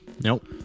nope